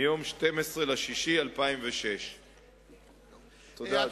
מיום 12 ביוני 2006. תודה,